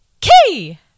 key